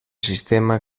sistema